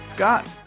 Scott